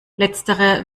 letztere